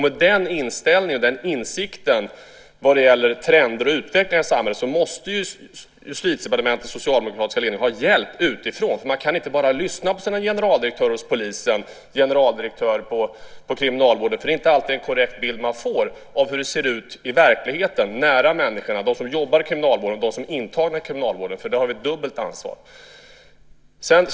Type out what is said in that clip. Med den inställningen och den insikten vad gäller trender och utveckling av samhället måste Justitiedepartementets socialdemokratiska ledning ha hjälp utifrån. Man kan inte bara lyssna på sina generaldirektörer hos polisen och kriminalvården. Det är inte alltid en korrekt bild man får av hur det ser ut i verkligheten, nära människorna, de som jobbar i kriminalvården och de som är intagna i kriminalvården. Där har vi dubbelt ansvar.